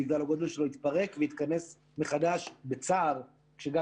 בגלל הגודל שלו התפרק והתכנס מחדש בצער כשגם